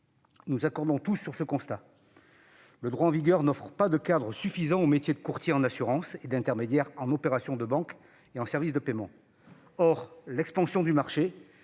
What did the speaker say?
nous accorderons tous sur ce constat : le droit en vigueur n'offre pas de cadre suffisant aux métiers de courtier en assurances et d'intermédiaire en opérations de banque et en services de paiement. Or l'expansion du marché